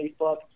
Facebook